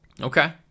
Okay